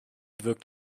wirkt